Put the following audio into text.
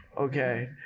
Okay